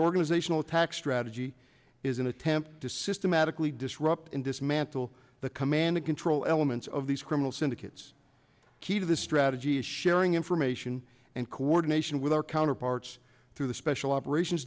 organizational attack strategy is an attempt to systematically disrupt and dismantle the command and control elements of these criminal syndicates key to the strategy of sharing information and coordination with our counterparts through the special operations